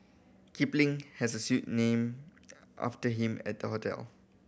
kipling has a suite named after him at the hotel